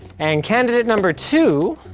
and candidate number two